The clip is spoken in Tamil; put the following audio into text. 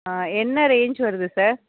என்ன ரேஞ்ச் வருது சார்